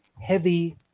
heavy